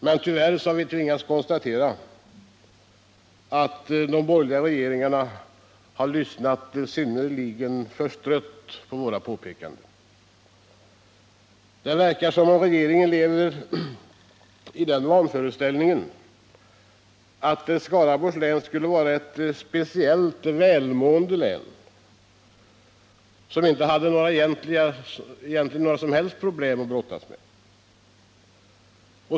Men tyvärr har vi tvingats konstatera att de borgerliga regeringarna har lyssnat synnerligen förstrött på våra påpekanden. Det verkar som om regeringen lever i den vanföreställningen att Skaraborgs län skulle vara en speciellt välmående region, som egentligen inte har några som helst problem att brottas med.